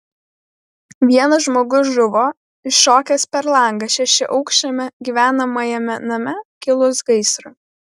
vienas žmogus žuvo iššokęs per langą šešiaaukščiame gyvenamajame name kilus gaisrui